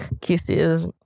Kisses